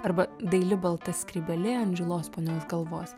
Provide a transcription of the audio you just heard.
arba daili balta skrybėlė ant žilos ponios galvos